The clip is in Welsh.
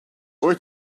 wyt